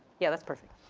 yeah, that's perfect.